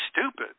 stupid